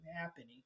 happening